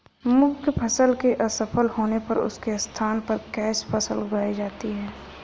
मुख्य फसल के असफल होने पर उसके स्थान पर कैच फसल उगाई जाती है